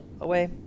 away